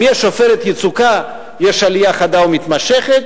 אם יש "עופרת יצוקה", יש עלייה חדה ומתמשכת.